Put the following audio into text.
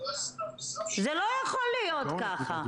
זה לא יכול להיות ככה.